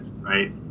right